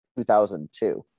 2002